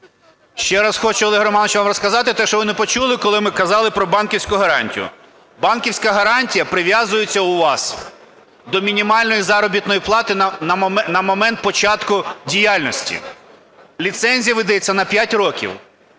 Романович, вам розказати те, що ви не почули, коли ми казали про банківську гарантію. Банківська гарантія прив'язується у вас до мінімальної заробітної плати на момент початку діяльності. Ліцензія видається на 5 років.